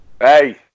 Hey